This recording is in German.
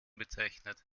bezeichnet